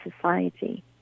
society